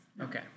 Okay